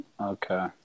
Okay